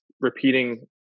repeating